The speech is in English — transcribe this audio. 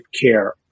care